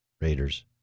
Raiders